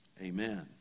Amen